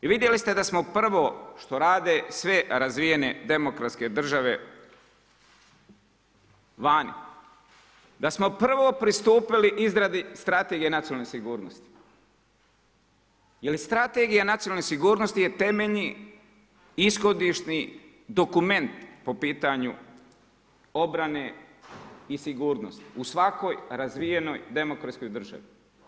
I vidjeli ste da smo provo što rade sve razvijene demokratske države vani, da smo prvo pristupili izradi Strategije nacionalne sigurnosti jer Strategija nacionalne sigurnosti je temeljni ishodišni dokument po pitanju obrane i sigurnosti u svakoj razvijenoj demokratskoj državi.